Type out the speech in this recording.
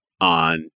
on